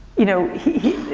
you know, he,